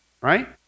Right